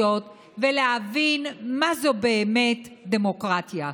לפרופורציות ולהבין מה זאת באמת דמוקרטיה.